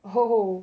oh oh